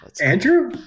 Andrew